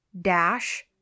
dash